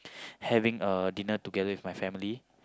having a dinner together with my family